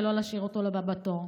ולא להשאיר אותו לבא בתור.